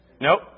Nope